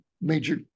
major